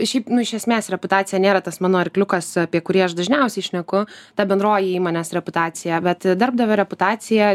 šiaip nu iš esmės reputacija nėra tas mano arkliukas apie kurį aš dažniausiai šneku ta bendroji įmonės reputacija bet darbdavio reputacija